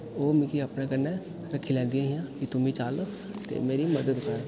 ओह् मिगी अपने कन्नै रक्खी लैंदियां हियां कि तुम्मी चल ते मेरी मदद कर